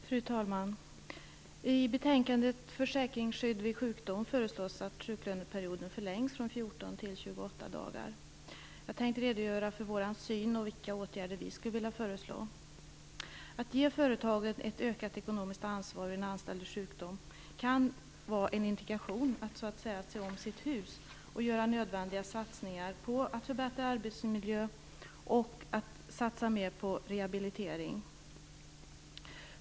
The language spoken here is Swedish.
Fru talman! I betänkandet Försäkringsskydd vid sjukdom föreslås att sjuklöneperioden förlängs från 14 till 28 dagar. Jag tänker redogöra för vår syn och vilka åtgärder vi skulle vilja föreslå. Att ge företaget ett ökat ekonomiskt ansvar vid den anställdes sjukdom kan vara en indikation på att se om sitt hus och göra nödvändiga satsningar för att förbättra arbetsmiljön och satsa mer på rehabilitering.